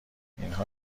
اینها